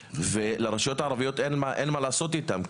ולרשויות הערביות אין מה לעשות איתם,